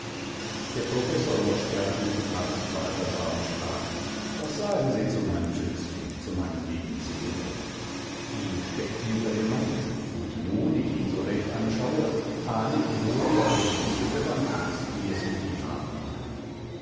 der professor mosch terpin trat zu balthasar und sprach was sagen sie zu meinem schützling zu meinem lieben zinnober viel steckt hinter dem mann und nun ich ihn so recht anschaue ahne ich wohl die eigentliche bewandtnis die es mit ihm haben mag